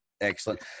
Excellent